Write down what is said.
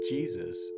Jesus